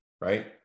right